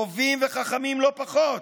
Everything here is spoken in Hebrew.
טובים וחכמים לא פחות,